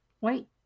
Wait